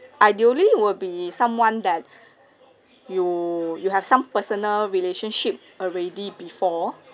ideally will be someone that you you have some personal relationship already before